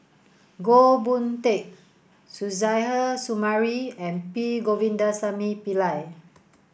Goh Boon Teck Suzairhe Sumari and P Govindasamy Pillai